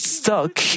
stuck